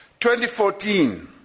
2014